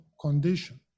condition